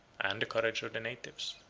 and the courage of the natives.